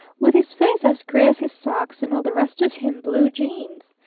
with his face as gray as his socks, and all the rest of him blue jeans.